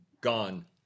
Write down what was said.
gone